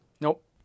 Nope